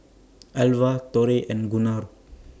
Alva Torrey and Gunnar